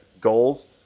goals